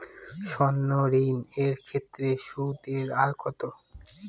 সর্ণ ঋণ এর ক্ষেত্রে সুদ এর হার কত?